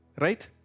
right